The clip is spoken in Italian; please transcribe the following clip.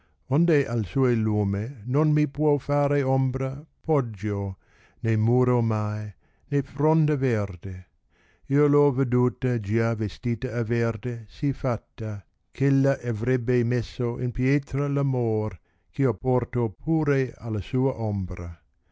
onde al suo lame non mi può fare ombra peggio né muro mai né fronda terde io l ho veduta già vestita a verde sì fsatta eh ella avrebbe messo in pietra l amor eh io porto pare alla sua ombra